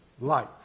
life